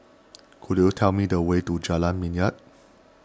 could you tell me the way to Jalan Minyak